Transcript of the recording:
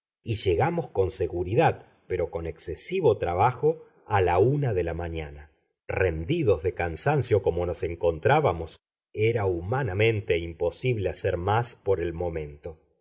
y llegamos con seguridad pero con excesivo trabajo a la una de la mañana rendidos de cansancio como nos encontrábamos era humanamente imposible hacer más por el momento